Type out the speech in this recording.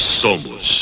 somos